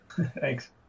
Thanks